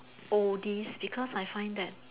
oldies because I find that